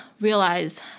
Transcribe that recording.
realize